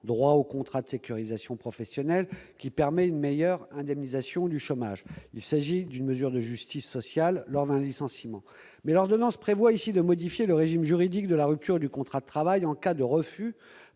droit au contrat de sécurisation professionnelle qui permet une meilleure indemnisation du chômage. Il s'agit d'une mesure de justice sociale lors d'un licenciement. Toutefois, l'ordonnance prévoit ici de modifier le régime juridique de la rupture du contrat de travail en cas de refus